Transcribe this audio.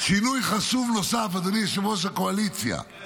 שינוי חשוב נוסף, אדוני יושב-ראש הקואליציה,